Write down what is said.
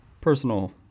personal